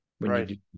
Right